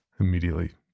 immediately